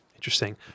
Interesting